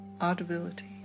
audibility